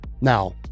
Now